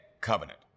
covenant